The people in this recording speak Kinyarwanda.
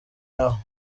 naho